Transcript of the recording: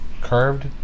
curved